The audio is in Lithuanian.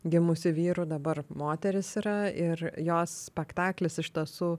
gimusi vyru dabar moteris yra ir jos spektaklis iš tiesų